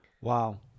Wow